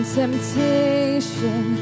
temptation